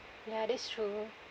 ya that's true